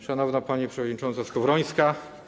Szanowna Pani Przewodnicząca Skowrońska!